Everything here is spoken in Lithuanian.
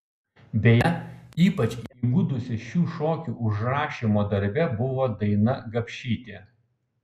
beje ypač įgudusi šių šokių užrašymo darbe buvo daina gapšytė